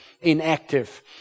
inactive